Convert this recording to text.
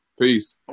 Peace